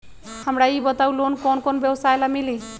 हमरा ई बताऊ लोन कौन कौन व्यवसाय ला मिली?